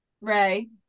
Ray